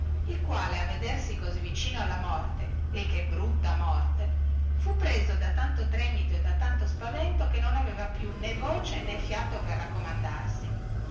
il quale a vedersi così vicino alla morte e che brutta morte fu preso da tanto tremito e da tanto spavento che non aveva più né voce né fiato per raccomandarsi